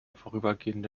vorübergehende